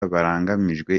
barangajwe